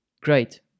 great